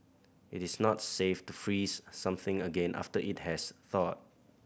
it is not safe to freeze something again after it has thawed